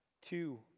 Two